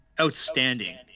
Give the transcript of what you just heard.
outstanding